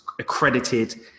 accredited